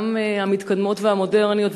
גם המתקדמות והמודרניות,